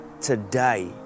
today